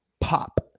pop